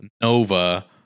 Nova